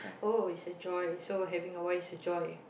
oh is a joy so having a wife is a joy